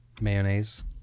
mayonnaise